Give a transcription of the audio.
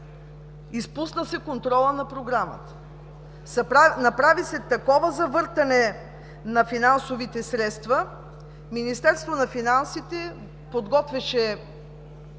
Изпусна се контролът на Програмата. Направи се такова завъртане на финансовите средства – Министерството на финансите подготвяше